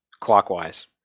clockwise